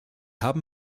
haben